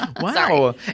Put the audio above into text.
Wow